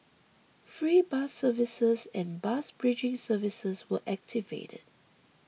free bus services and bus bridging services were activated